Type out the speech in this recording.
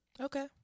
Okay